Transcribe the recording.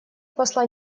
посла